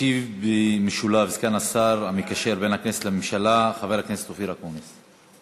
ישיב במשולב סגן השר המקשר בין הכנסת לממשלה חבר הכנסת אופיר אקוניס.